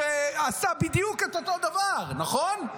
שעשה בדיוק את אותו דבר, נכון?